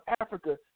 Africa